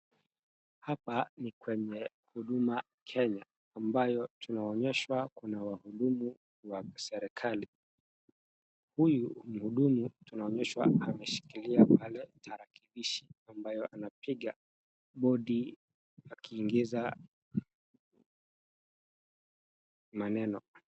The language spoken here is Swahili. Hapa ni kwenye Huduma Kenya ambayo tunaonyeshwa kuna wahudumu wa serikali. Huyu mhudumu tunaonyeshwa ameshikilia pale tunaona ameshikilia tarakilishi ambayo anapiga bodi akiingiza maneno.